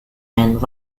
and